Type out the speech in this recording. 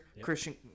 Christian